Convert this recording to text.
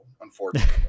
unfortunately